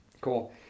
Cool